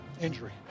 injury